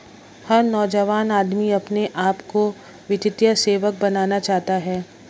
हर नौजवान आदमी अपने आप को वित्तीय सेवक बनाना चाहता है